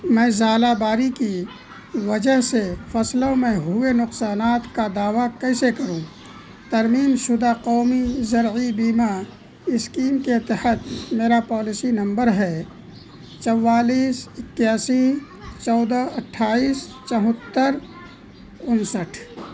میں ژالہ باری کی وجہ سے فصلوں میں ہوئے نقصانات کا دعویٰ کیسے کروں ترمیم شدہ قومی زرعی بیمہ اسکیم کے تحت میرا پالسی نمبر ہے چوالیس اکیاسی چودہ اٹھائیس چوہتر انسٹھ